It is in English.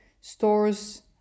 stores